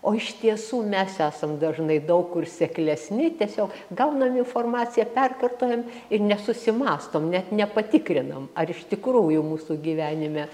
o iš tiesų mes esam dažnai daug kur seklesni tiesiog gaunam informaciją perkartojam ir nesusimąstom net nepatikrinam ar iš tikrųjų mūsų gyvenime